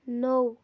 نو